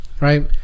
right